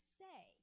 say